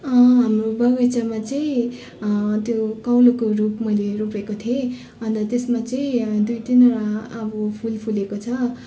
हाम्रो बगैँचामा चाहिँ त्यो काउलीको रुख मैले रोपेको थिएँ अन्त त्यसमा चाहिँ दुई तिनवटा अब फुल फुलेको छ